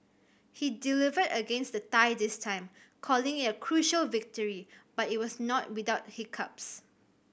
he delivered against the Thai this time calling it a crucial victory but it was not without hiccups